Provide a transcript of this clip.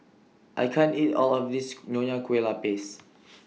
I can't eat All of This Nonya Kueh Lapis